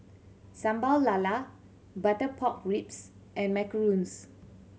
Sambal Lala butter pork ribs and macarons